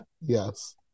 Yes